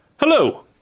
Hello